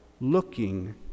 looking